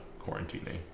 quarantining